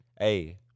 Hey